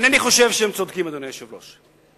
אינני חושב שהם צודקים, אדוני היושב-ראש.